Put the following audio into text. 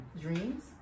Dreams